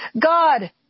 God